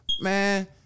Man